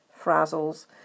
frazzles